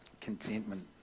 Contentment